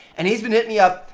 and he's been hitting me up.